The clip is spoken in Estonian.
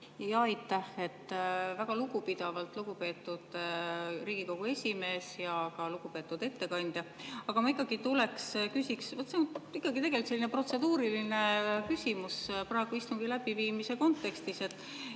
Aitäh! Väga lugupidavalt: lugupeetud Riigikogu esimees ja ka lugupeetud ettekandja! Aga ma ikkagi küsiksin, ja see on ikkagi tegelikult selline protseduuriline küsimus praegu istungi läbiviimise kontekstis.